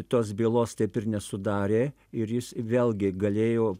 tos bylos taip ir nesudarė ir jis vėlgi galėjo